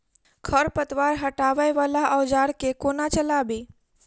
खरपतवार हटावय वला औजार केँ कोना चलाबी?